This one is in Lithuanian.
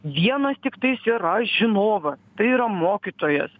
vienas tiktais yra žinovas tai yra mokytojas